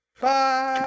Bye